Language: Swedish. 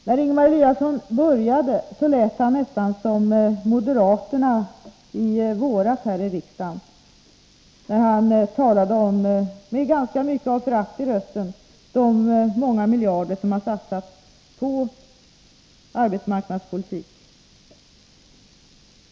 När Ingemar Eliasson började lät han nästan som moderaterna i våras här i riksdagen när han med ganska mycket av förakt i rösten talade om de många miljarder som har satsats på arbetsmarknadspolitik.